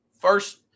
first